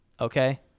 okay